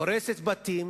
הורסת בתים,